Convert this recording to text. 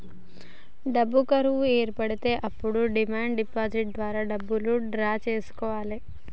డబ్బు కరువు ఏర్పడితే అప్పుడు డిమాండ్ డిపాజిట్ ద్వారా డబ్బులు డ్రా చేసుకోవాలె